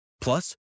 Plus